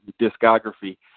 discography